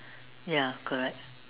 ya correct